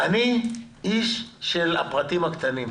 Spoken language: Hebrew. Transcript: אני איש של הפרטים הקטנים.